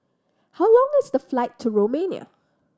how long is the flight to Romania